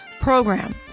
program